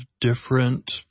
different